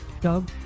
Doug